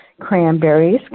Cranberries